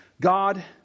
God